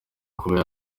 kuba